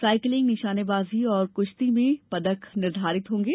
cycling निशानेबाजी और कृश्ती में पदक निर्धारित होंगे